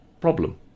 problem